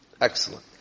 Excellent